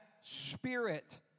Spirit